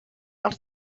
els